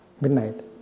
midnight